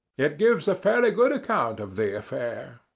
it gives a fairly good account of the affair.